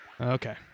Okay